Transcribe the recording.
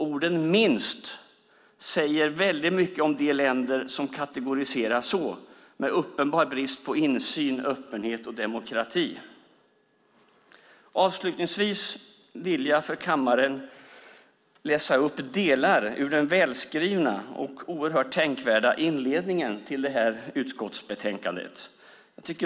Ordet "minst" säger väldigt mycket om de länder som kategoriseras så, med uppenbar brist på insyn, öppenhet och demokrati. Avslutningsvis vill jag för kammaren läsa upp delar ur den välskrivna och oerhört tänkvärda inledningen i detta utskottsbetänkande.